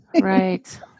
Right